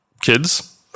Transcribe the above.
kids